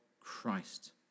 Christ